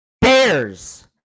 Bears